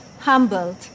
humbled